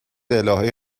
الهه